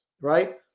right